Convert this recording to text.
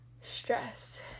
stress